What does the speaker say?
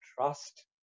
trust